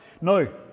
No